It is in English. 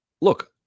Look